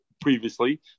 previously